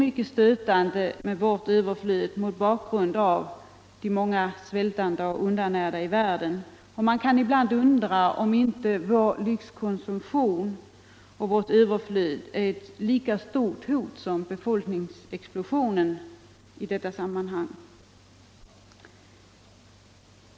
Vårt överflöd är stötande mot bakgrund av att många människor i världen svälter och är undernärda, och man kan undra, om inte vår lyxkonsumtion och vårt överflöd är ett lika stort hot som befolkningsexplosionen är.